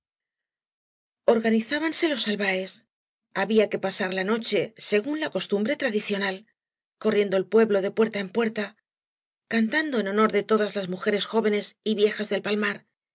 organizábanse les albaes había que pasar la noche sfgún la costumbre tradicional corriendo el pueblo de puerta en puerta cantando en honor v blasco ibáñbz de todas las mujeres jóvenes y viejas del palmar y